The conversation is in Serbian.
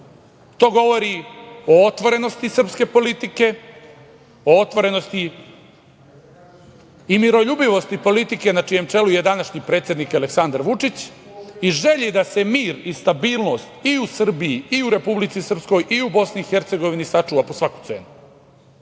To govori o otvorenosti srpske politike, o otvorenosti i miroljubivosti politike na čijem čelu je današnji predsednik Aleksandar Vučić i želji da se mir i stabilnost i u Srbiji, i u Republici Srpskoj, i u Bosni i Hercegovini sačuva po svaku cenu.